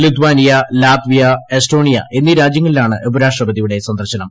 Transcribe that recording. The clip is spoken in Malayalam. ലിത്വാനിയ ലാത്വിയ എസ്റ്റോണിയ എന്നീ രാജ്യങ്ങളിലാണ് ഉപരാഷ്ട്രപതിയുടെ സന്ദർശനം